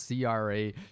CRA